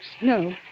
No